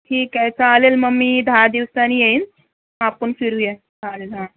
ठीक आहे चालेल मग मी दहा दिवसाने येईन मग आपण फिरुया चालेल हं